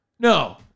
No